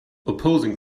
opposing